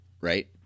right